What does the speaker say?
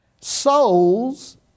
Souls